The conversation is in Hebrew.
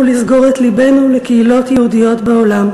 לסגור את לבנו לקהילות יהודיות בעולם.